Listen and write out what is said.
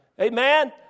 Amen